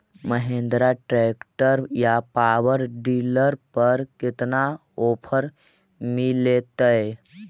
Mahindra tractor या power dealer पर कितना ओफर मीलेतय?